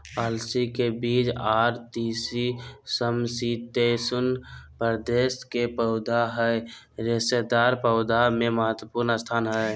अलसी के बीज आर तीसी समशितोष्ण प्रदेश के पौधा हई रेशेदार पौधा मे महत्वपूर्ण स्थान हई